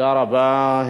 תודה רבה.